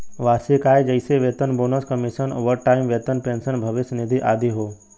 वार्षिक आय जइसे वेतन, बोनस, कमीशन, ओवरटाइम वेतन, पेंशन, भविष्य निधि आदि हौ